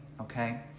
okay